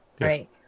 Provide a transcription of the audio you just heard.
right